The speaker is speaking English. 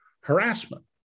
harassment